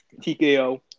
TKO